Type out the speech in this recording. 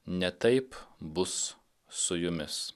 ne taip bus su jumis